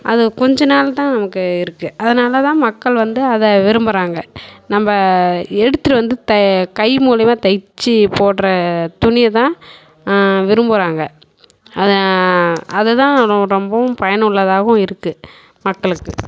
அது கொஞ்சம் நாள் தான் நமக்கு இருக்குது அதனால தான் மக்கள் வந்து அதை விரும்புகிறாங்க நம்ம எடுத்துட்டு வந்து கை மூலிமா தைச்சு போடுகிற துணியை தான் விரும்புகிறாங்க அதை அது தான் ரொம்பவும் பயன் உள்ளதாகவும் இருக்குது மக்களுக்கு